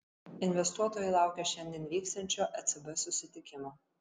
investuotojai laukia šiandien vyksiančio ecb susitikimo